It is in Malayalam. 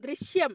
ദൃശ്യം